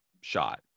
shot